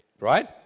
right